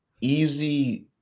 easy